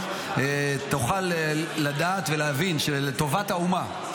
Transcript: תוכל לדעת ולהבין שלטובת האומה,